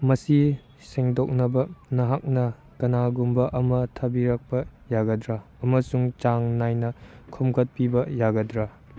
ꯃꯁꯤ ꯁꯦꯡꯗꯣꯛꯅꯕ ꯅꯍꯥꯛꯅ ꯀꯅꯥꯒꯨꯝꯕ ꯑꯃ ꯊꯥꯕꯤꯔꯛꯄ ꯌꯥꯒꯗ꯭ꯔ ꯑꯃꯁꯨꯡ ꯆꯥꯡ ꯅꯥꯏꯅ ꯈꯣꯝꯒꯠꯄꯤꯕ ꯌꯥꯒꯗ꯭ꯔ